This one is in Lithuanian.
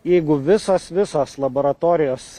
jeigu visos visos laboratorijos